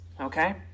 okay